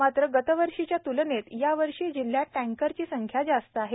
मात्र गतवर्षीच्या त्लनेत यावर्षी जिल्ह्यात टँकरची संख्या जास्त आहे